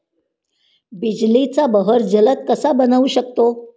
बिजलीचा बहर जलद कसा बनवू शकतो?